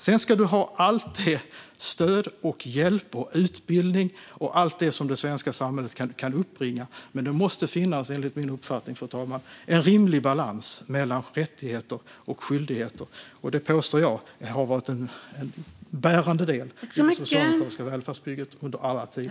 Man ska förstås få allt det stöd, den hjälp och den utbildning som det svenska samhället kan uppbringa. Men det måste enligt min uppfattning, fru talman, finnas en rimlig balans mellan rättigheter och skyldigheter. Jag påstår att det har varit en bärande del i det socialdemokratiska välfärdsbygget under alla tider.